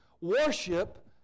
worship